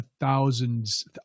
thousands